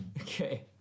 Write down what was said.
Okay